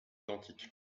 identiques